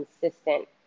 consistent